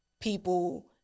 people